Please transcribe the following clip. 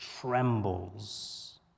trembles